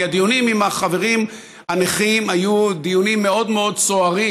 כי הדיונים עם החברים הנכים היו דיונים מאוד מאוד סוערים,